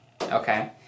okay